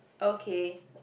okay